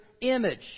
image